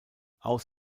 aus